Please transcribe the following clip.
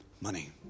money